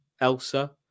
Elsa